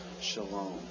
shalom